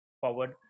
forward